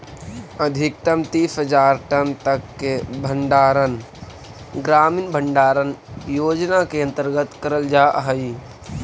अधिकतम तीस हज़ार टन तक के भंडारण ग्रामीण भंडारण योजना के अंतर्गत करल जा हई